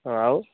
ହଁ ଆଉ